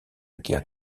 guerre